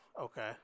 Okay